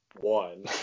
one